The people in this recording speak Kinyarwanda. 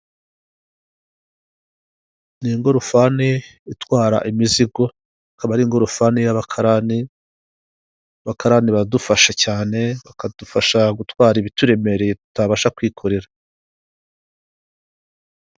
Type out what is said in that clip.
Ni ingororofani itwara imizigo, akaba ari ingorofe y'abakarani, bakarani biradufasha cyane bakadufasha gutwara ibituremereye tutabasha kwikorera.